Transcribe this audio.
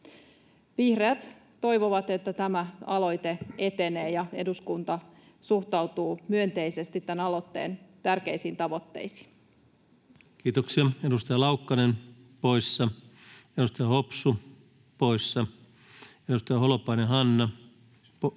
Vihreät toivovat, että tämä aloite etenee ja eduskunta suhtautuu myönteisesti tämän aloitteen tärkeisiin tavoitteisiin. Kiitoksia. — Edustaja Laukkanen poissa, edustaja Hopsu poissa, edustaja Hyrkkö poissa,